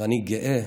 ואני גאה,